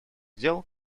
дел